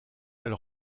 elle